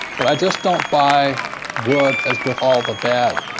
but i just don't buy good is with all the bad.